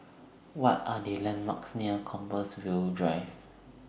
What Are The landmarks near Compassvale Drive